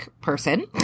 person